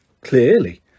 Clearly